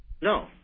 No